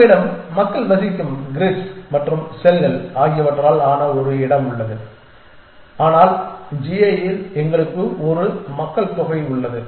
நம்மிடம் மக்கள் வசிக்கும் கிரிட்ஸ் மற்றும் செல்கள் ஆகியவற்றால் ஆன ஒரு இடம் உள்ளது ஆனால் g a இல் எங்களுக்கு ஒரு மக்கள் தொகை உள்ளது